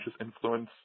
influence